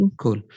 Cool